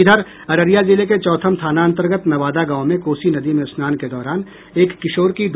इधर अररिया जिले के चौथम थाना अंतर्गत नवादा गांव में कोसी नदी में स्नान के दौरान एक किशोर की डूबकर मौत हो गयी